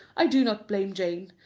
i do not blame jane,